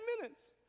minutes